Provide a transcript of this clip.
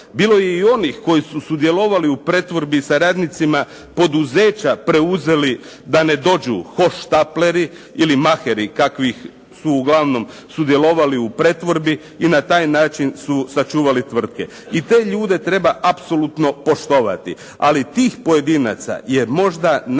Bilo je i onih koji su sudjelovali u pretvorbi sa radnicima poduzeća, preuzeli da ne dođu hohštapleri ili maheri kakvi su uglavnom sudjelovali u pretvorbi i na taj način su sačuvali tvrtke. I te ljude treba apsolutno poštovati ali tih pojedinaca je možda najviše